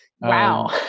Wow